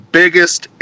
biggest